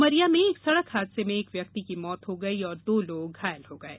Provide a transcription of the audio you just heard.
उमरिया में एक सड़क हादसे में एक व्यक्ति की मौत हो गई और दो लोग घायल हो गये